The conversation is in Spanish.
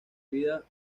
vida